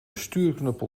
stuurknuppel